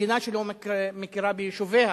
מדינה שלא מכירה ביישוביה,